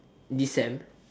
this sem